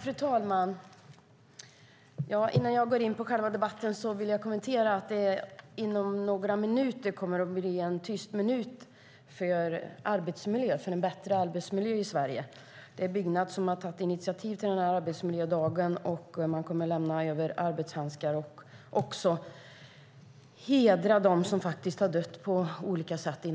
Fru talman! Innan jag går in på själva debatten vill jag kommentera att det inom några minuter kommer att hållas en tyst minut för en bättre arbetsmiljö i Sverige. Det är Byggnads som har tagit initiativ till arbetsmiljödagen, och man kommer att lämna över arbetshandskar och hedra dem som har dött på olika sätt